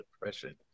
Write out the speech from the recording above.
depression